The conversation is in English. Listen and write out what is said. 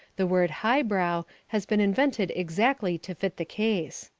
the word highbrow has been invented exactly to fit the case.